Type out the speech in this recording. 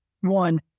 one